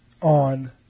on